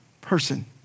person